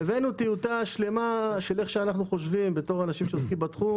הבאנו טיוטה שלמה של איך שאנחנו חושבים כאנשים שעוסקים בתחום.